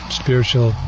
spiritual